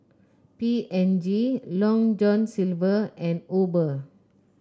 P and G Long John Silver and Uber